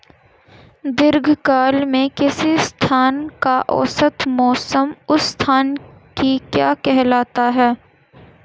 दीर्घकाल में किसी स्थान का औसत मौसम उस स्थान की क्या कहलाता है?